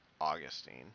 Augustine